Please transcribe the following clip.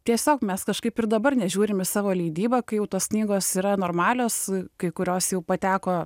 tiesiog mes kažkaip ir dabar nežiūrim į savo leidybą kai jau tos knygos yra normalios kai kurios jau pateko